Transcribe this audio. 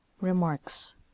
Remarks